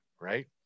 right